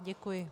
Děkuji.